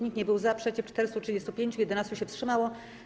Nikt nie był za, przeciw - 435, 11 się wstrzymało.